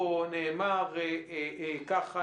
פה נאמר ככה,